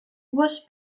was